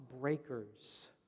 breakers